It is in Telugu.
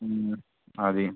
అది